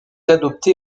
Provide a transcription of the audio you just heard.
adoptée